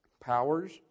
powers